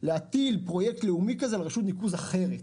להטיל פרויקט לאומי כזה על רשות ניקוז אחרת.